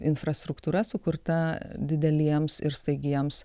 infrastruktūra sukurta dideliems ir staigiems